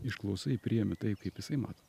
išklausai priemi taip kaip jisai mato